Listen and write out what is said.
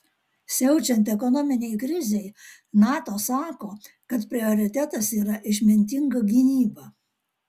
siaučiant ekonominei krizei nato sako kad prioritetas yra išmintinga gynyba